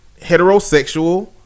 heterosexual